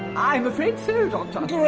i'm afraid so, doctor. great.